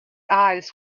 eyes